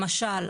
למשל,